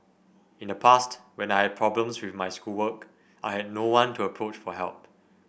in the past when I had problems with my schoolwork I had no one to approach for help